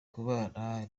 kubana